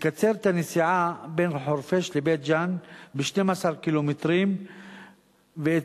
מקצר את הנסיעה בין חורפיש לבית-ג'ן ב-12 ק"מ ואת